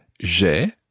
J'ai